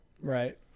Right